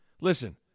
listen